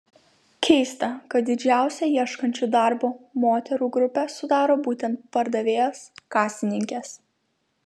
keista kad didžiausią ieškančių darbo moterų grupę sudaro būtent pardavėjos kasininkės